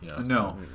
No